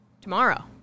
tomorrow